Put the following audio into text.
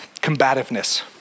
combativeness